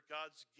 God's